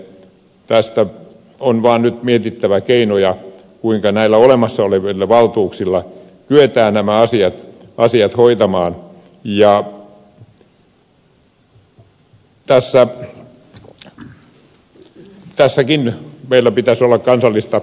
nyt on vaan mietittävä keinoja kuinka näillä olemassa olevilla valtuuksilla kyetään nämä asiat hoitamaan ja tässäkin meillä pitäisi olla kansallista yksituumaisuutta